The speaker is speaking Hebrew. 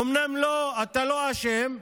אומנם אתה לא אשם,